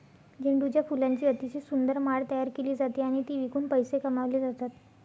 झेंडूच्या फुलांची अतिशय सुंदर माळ तयार केली जाते आणि ती विकून पैसे कमावले जातात